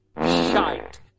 Shite